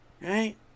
right